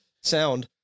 Sound